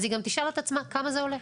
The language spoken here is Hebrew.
אז היא גם תשאל את עצמה כמה זה עולה.